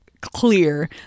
clear